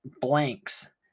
blanks